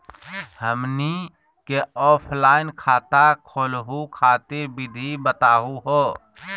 हमनी क ऑफलाइन खाता खोलहु खातिर विधि बताहु हो?